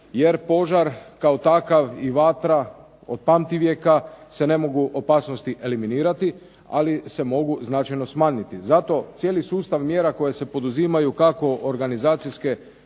jer požar kao takav i vatra od pamtivijeka se ne mogu opasnosti eliminirati ali se mogu značajno smanjiti. Zato cijeli sustav mjera koje se poduzimaju kako organizacijske